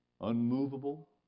unmovable